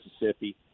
Mississippi